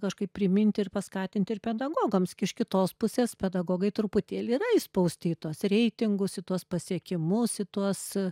kažkaip priminti ir paskatinti ir pedagogams iš kitos pusės pedagogai truputėlį yra įspausti į tuos reitingus į tuos pasiekimus į tuos